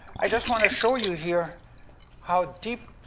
i just wanna show you here how deeply